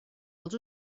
els